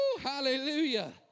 Hallelujah